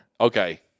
Okay